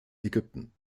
ägypten